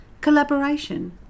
collaboration